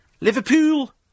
Liverpool